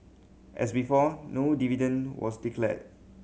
as before no dividend was declared